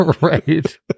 Right